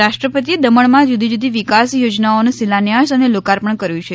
રાષ્ટ્રપતિએ દમણમાં જુદી જુદી વિકાસ યોજનાઓનો શિલાન્યાસ અને લોકાર્પણ કર્યું છે